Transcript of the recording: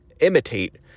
imitate